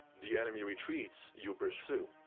the enemy retreats you pursue.